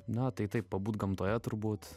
na tai taip pabūt gamtoje turbūt